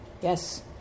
Yes